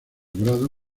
grado